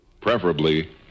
preferably